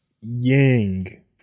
yang